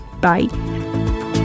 Bye